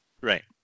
right